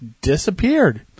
disappeared